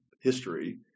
history